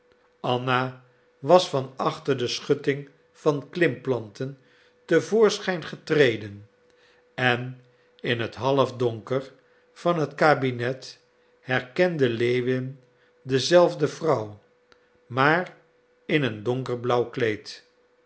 anna was van achter de schutting van klimplanten te voorschijn getreden en in het halfdonker van het kabinet herkende lewin dezelfde vrouw maar in een donkerblauw kleed